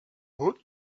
woot